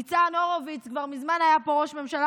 ניצן הורוביץ כבר מזמן היה פה ראש ממשלה